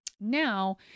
now